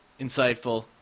insightful